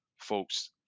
folks